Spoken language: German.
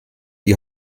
die